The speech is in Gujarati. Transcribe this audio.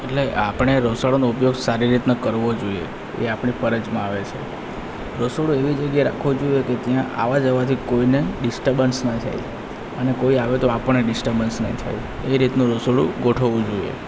એટલે આપણે રસોડાનો ઉપયોગ સારી રીતના કરવો જોઈએ એ આપણી ફરજમાં આવે છે રસોડું એવી જગ્યાએ રાખવું જોઈએ કે ત્યાં આવવા જવાથી કોઈને ડિસ્ટબન્સ ના થાય અને કોઈ આવે તો આપણને ડિસ્ટબન્સ ના થાય એ રીતનું રસોડું ગોઠવવું જોઈએ